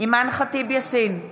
אימאן ח'טיב יאסין,